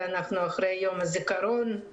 אנחנו אחרי יום הזיכרון,